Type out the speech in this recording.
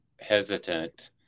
hesitant